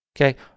Okay